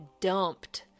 dumped